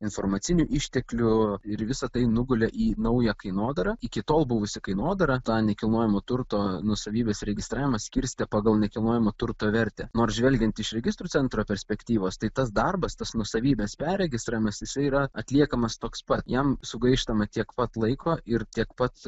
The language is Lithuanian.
informacinių išteklių ir visa tai nugulė į naują kainodarą iki tol buvusi kainodara tą nekilnojamo turto nuosavybės registravimą skirstė pagal nekilnojamo turto vertę nors žvelgiant iš registrų centro perspektyvos tai tas darbas tas nuosavybės perregistravimas jisai yra atliekamas toks pat jam sugaištama tiek pat laiko ir tiek pat